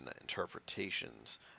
interpretations